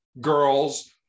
girls